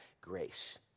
grace